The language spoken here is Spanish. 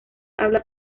habla